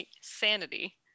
sanity